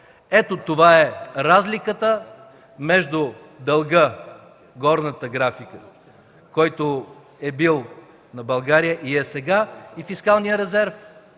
Ето това е разликата между дълга (показва графика), който е бил на България сега, и фискалния резерв.